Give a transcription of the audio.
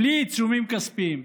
בלי עיצומים כספיים,